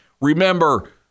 Remember